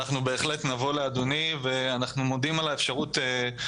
אנחנו לא מסכימים לדבר הזה; הרשויות גם מודעות,